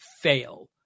fail